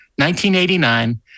1989